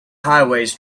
highways